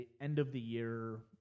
end-of-the-year